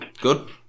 good